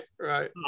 right